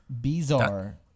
bizarre